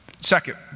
second